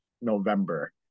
November